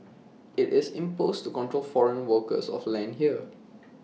IT is imposed to control foreign ownership of land here